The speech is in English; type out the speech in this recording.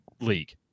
league